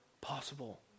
possible